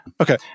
Okay